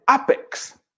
apex